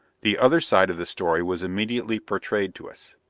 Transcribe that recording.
the other side of the story was immediately portrayed to us.